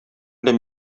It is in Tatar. белән